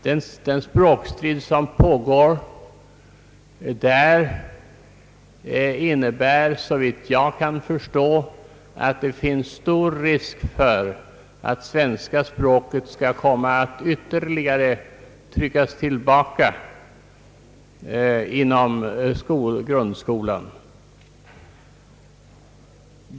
Den språkstrid som pågår där innebär, såvitt jag kan förstå, att det finns stor risk för att det svenska språket skall komma att ytterligare hållas nere inom grundskolan.